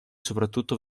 soprattutto